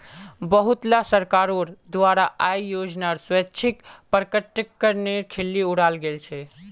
बहुतला सरकारोंर द्वारा आय योजनार स्वैच्छिक प्रकटीकरनेर खिल्ली उडाल गेल छे